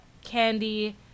Candy